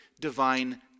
divine